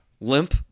limp